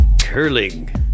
curling